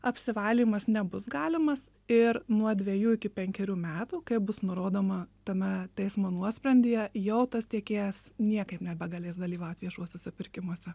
apsivalymas nebus galimas ir nuo dvejų iki penkerių metų kaip bus nurodoma tame teismo nuosprendyje jau tas tiekėjas niekaip nebegalės dalyvaut viešuosiuose pirkimuose